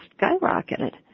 skyrocketed